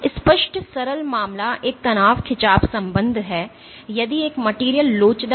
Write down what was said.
स्पष्ट सरल मामला एक तनाव खिंचाव संबंध है यदि एक मटेरियल लोचदार है